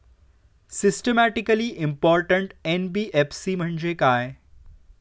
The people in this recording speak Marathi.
सिस्टमॅटिकली इंपॉर्टंट एन.बी.एफ.सी म्हणजे काय?